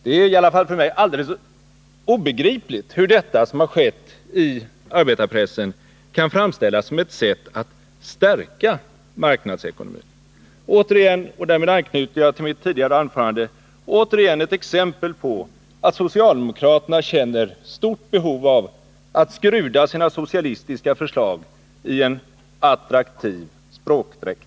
Det är i alla fall för mig alldeles obegripligt hur det som har skett i arbetarpressen kan framställas som ett sätt att stärka marknadsekonomin. Det är återigen — och därmed anknyter jag till mitt tidigare anförande — ett exempel på att socialdemokraterna känner ett stort behov av att skruda sina socialistiska förslag i en attraktiv språkdräkt.